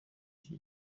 iki